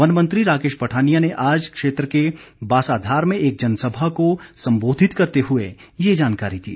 one मंत्री राकेश पठानिया ने आज क्षेत्र के बासाधार में एक जनसभा को संबोधित करते हुए ये जानकारी दी